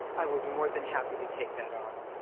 i will be more than happy to take that on.